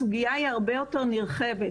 הסוגיה היא הרבה יותר נרחבת,